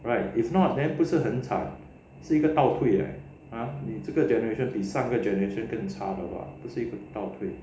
right if not then 不是很惨是一个倒退 leh !huh! 这个 generation 比上个 generation 更差的话不是一个倒退